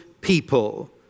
people